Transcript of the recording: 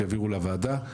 שיעבירו לוועדה.